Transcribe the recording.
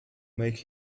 make